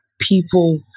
people